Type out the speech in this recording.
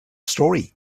story